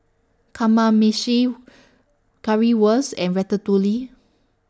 Kamameshi Currywurst and Ratatouille